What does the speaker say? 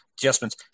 adjustments